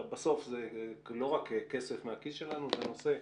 בסוף זה לא רק כסף מהכיס שלנו, זה נושא,